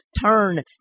turn